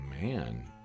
man